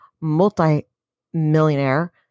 multi-millionaire